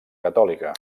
catòlica